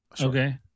Okay